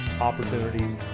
opportunities